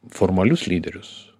formalius lyderius